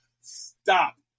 stop